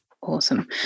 Awesome